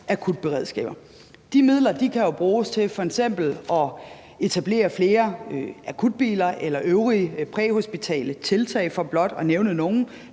akutberedskaber. De midler kan jo bruges til f.eks. at etablere flere akutbiler eller øvrige præhospitale tiltag, for blot at nævne nogle.